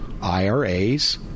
IRAs